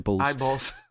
Eyeballs